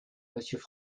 monsieur